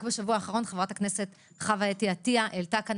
רק בשבוע האחרון חברת הכנסת חוה אתי עטיה העלתה כאן